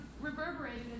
reverberated